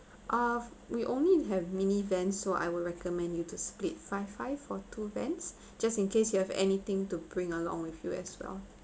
uh we only have mini van so I would recommend you to split five five for two vans just in case you have anything to bring along with you as well